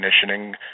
conditioning